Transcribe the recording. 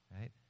right